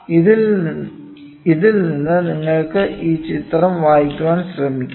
ഇതിൽ നിന്ന് നിങ്ങൾക്ക് ഈ ചിത്രം വായിക്കാൻ ശ്രമിക്കാം